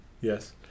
Yes